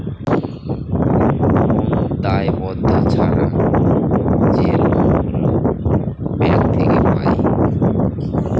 কোন দায়বদ্ধ ছাড়া যে লোন গুলো ব্যাঙ্ক থেকে পায়